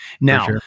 Now